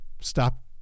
Stop